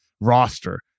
roster